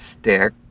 stick